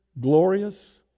glorious